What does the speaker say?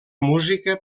música